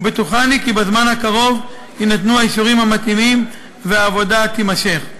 ובטוחני כי בזמן הקרוב יינתנו האישורים המתאימים והעבודה תימשך.